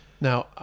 Now